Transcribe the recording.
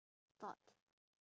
thought